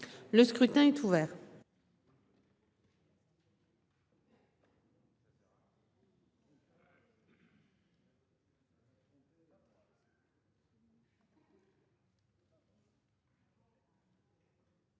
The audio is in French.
Le scrutin est ouvert.